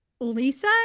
Lisa